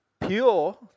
Pure